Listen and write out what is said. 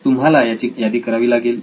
तुम्हाला त्याची यादी करावी लागेल